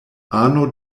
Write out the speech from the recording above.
ano